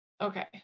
Okay